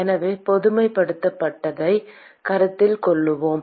எனவே பொதுமைப்படுத்தப்பட்டதைக் கருத்தில் கொள்வோம்